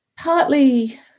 Partly